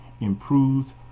improves